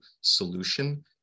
solution